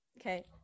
Okay